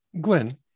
Gwen